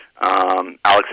Alex